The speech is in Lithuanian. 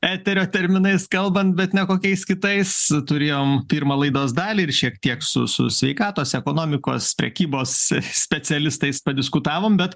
eterio terminais kalbant bet ne kokiais kitais turėjom pirmą laidos dalį ir šiek tiek su su sveikatos ekonomikos prekybos specialistais padiskutavom bet